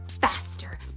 Faster